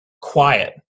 quiet